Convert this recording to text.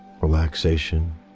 Relaxation